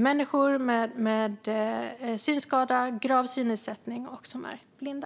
människor med synskada eller grav synnedsättning eller som är blinda.